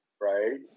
right